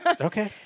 Okay